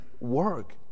work